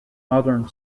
modern